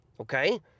Okay